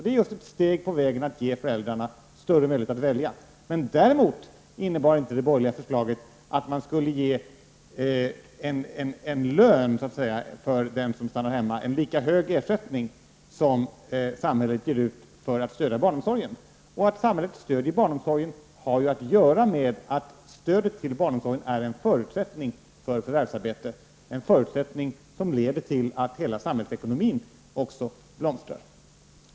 Det är ett steg på vägen att ge föräldrarna större möjligheter att välja. Däremot innebär det borgerliga förslaget inte att man skall ge en lön för den som stannar hemma, en lika hög ersättning som samhället ger för att stödja barnomsorgen. Att samhället stödjer barnomsorgen har att göra med att stödet till barnomsorgen är en förutsättning för förvärvsarbete och leder till att hela samhällsekonomin kan blomstra.